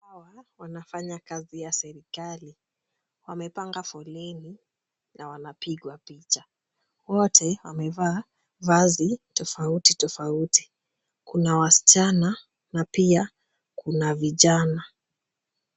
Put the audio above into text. Hawa wanafanya kazi ya serikali, wamepanga foleni na wanapigwa picha. Wote wamevaa vazi tofauti tofauti, kuna wasichana na pia kuna vijana.